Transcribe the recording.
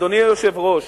אדוני היושב-ראש,